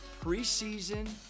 preseason